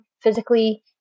physically